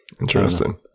interesting